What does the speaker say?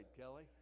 Kelly